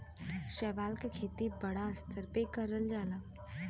शैवाल के खेती बड़ा स्तर पे करल जाला